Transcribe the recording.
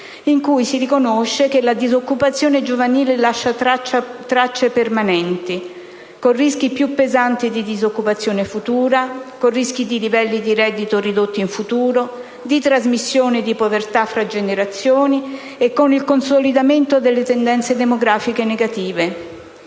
in cui si riconosce che la disoccupazione giovanile lascia tracce permanenti, con rischi più pesanti di disoccupazione futura, con rischi di livelli di reddito ridotti in futuro e di trasmissione di povertà fra generazioni e con il consolidamento delle tendenze demografiche negative.